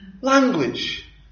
Language